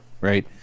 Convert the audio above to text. right